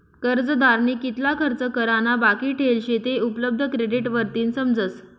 कर्जदारनी कितला खर्च करा ना बाकी ठेल शे ते उपलब्ध क्रेडिट वरतीन समजस